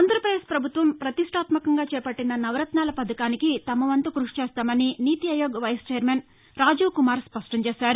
ఆంధ్రప్రదేశ్ ప్రభుత్వం ప్రతిష్టాత్మకంగా చేపట్లిన నవరత్నాల పథకానికి తమ వంతు క్బషి అందిస్తామని నీతి ఆయోగ్ వైస్ ఛైర్మన్ రాజీవ్కుమార్ స్పష్టంచేశారు